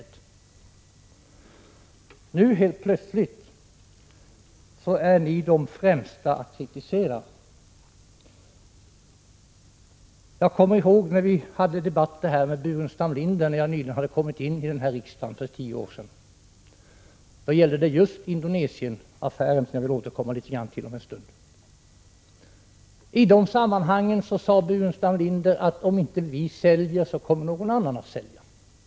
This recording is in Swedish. Nu är ni helt plötsligt de främsta att kritisera. Jag kommer ihåg när vi hade debatter här med Staffan Burenstam Linder för 10 år sedan, när jag nyligen hade kommit in i riksdagen. Då gällde det just Indonesienaffären. I det sammanhanget sade Burenstam Linder, att om inte Sverige säljer kommer någon annan att sälja.